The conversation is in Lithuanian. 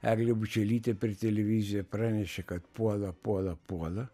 eglė bučelytė per televiziją pranešė kad puola puola puola